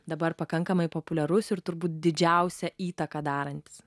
dabar pakankamai populiarus ir turbūt didžiausią įtaką darantis